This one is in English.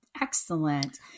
Excellent